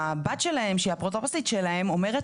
הבת שלהם שהיא האפוטרופוסית שלהם אומרת